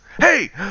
Hey